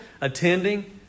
attending